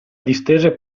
distese